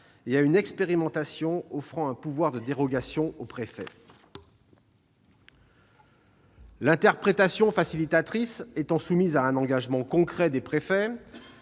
et à une expérimentation offrant un pouvoir de dérogation aux préfets. L'interprétation facilitatrice étant soumise à un engagement concret des préfets,